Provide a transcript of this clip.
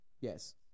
yes